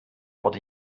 wurde